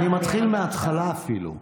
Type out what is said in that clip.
אני מתחיל מהתחלה אפילו.